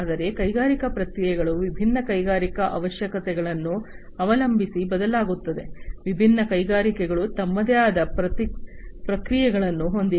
ಆದ್ದರಿಂದ ಕೈಗಾರಿಕಾ ಪ್ರಕ್ರಿಯೆಗಳು ವಿಭಿನ್ನ ಕೈಗಾರಿಕಾ ಅವಶ್ಯಕತೆಗಳನ್ನು ಅವಲಂಬಿಸಿ ಬದಲಾಗುತ್ತವೆ ವಿಭಿನ್ನ ಕೈಗಾರಿಕೆಗಳು ತಮ್ಮದೇ ಆದ ಪ್ರಕ್ರಿಯೆಗಳನ್ನು ಹೊಂದಿವೆ